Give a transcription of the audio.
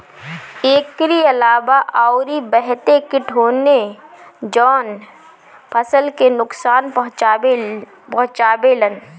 एकरी अलावा अउरी बहते किट होने जवन फसल के नुकसान पहुंचावे लन